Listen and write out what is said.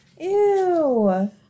Ew